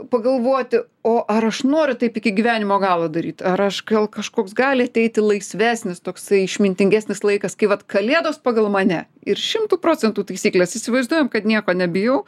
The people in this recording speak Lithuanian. pagalvoti o ar aš noriu taip iki gyvenimo galo daryt ar aš gal kažkoks gali ateiti laisvesnis toksai išmintingesnis laikas kai vat kalėdos pagal mane ir šimtu procentų taisyklės įsivaizduojam kad nieko nebijau